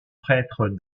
prêtre